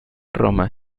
roma